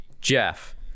Jeff